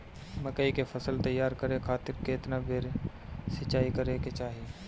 मकई के फसल तैयार करे खातीर केतना बेर सिचाई करे के चाही?